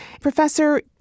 Professor